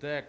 deck